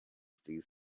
these